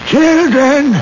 Children